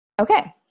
Okay